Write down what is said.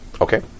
okay